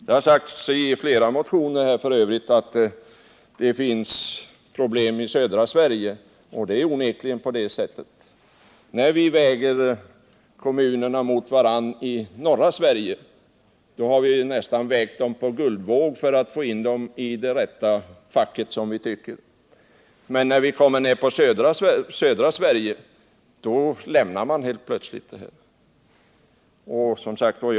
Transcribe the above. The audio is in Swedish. Det har f. ö. sagts i flera motioner att det finns problem i södra Sverige, och det är onekligen på det sättet. När vi väger kommunerna mot varandra i norra Sverige, väger vi dem nästan på guldvåg för att få in dem i vad vi tycker är det rätta facket. Men när man kommer ner till södra Sverige, lämnar man helt plötsligt den metoden.